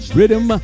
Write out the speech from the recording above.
Rhythm